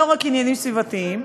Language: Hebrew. לא רק עניינים סביבתיים.